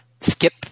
skip